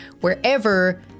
wherever